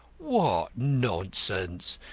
what nonsense!